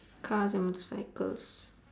cars and motorcycles